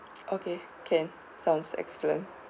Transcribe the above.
okay can sounds excellent